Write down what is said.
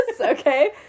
okay